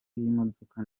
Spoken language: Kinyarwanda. y’imodoka